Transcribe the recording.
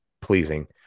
pleasing